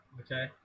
okay